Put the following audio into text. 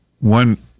one